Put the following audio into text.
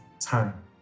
time